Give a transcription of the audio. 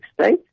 state